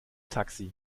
taxi